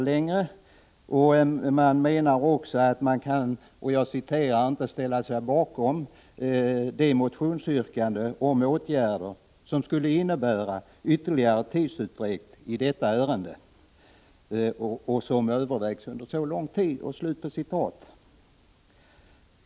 Utskottsmajoriteten menar också att ”utskottet inte ——— kan ställa sig bakom motionsyrkanden om åtgärder som skulle innebära ytterligare tidsutdräkt i detta ärende som övervägts under så lång tid”.